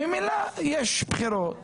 ממילא יש בחירות,